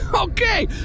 Okay